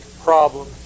problem